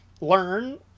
learn